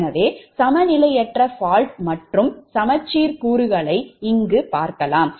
எனவே சமநிலையற்ற fault மற்றும் சமச்சீர் கூறுகளைப் பார்ப்போம்